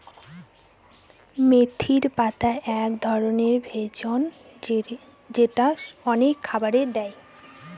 মেথির পাতা এক ধরনের ভেষজ যেটা অনেক খাবারে দেয়